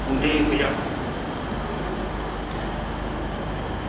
उंदे बेचारें दे बच्चे बी खज्जल होई गे